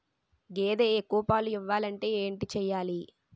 గేదె ఎక్కువ పాలు ఇవ్వాలంటే ఏంటి చెయాలి?